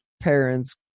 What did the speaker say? parents